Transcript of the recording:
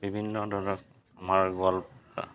বিভিন্ন ধৰক আমাৰ গোৱালপাৰা